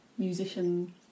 musician